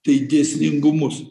tai dėsningumus